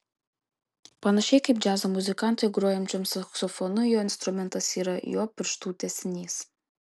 panašiai kaip džiazo muzikantui grojančiam saksofonu jo instrumentas yra jo pirštų tęsinys